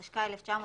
התשכ"ה-1965"